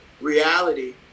reality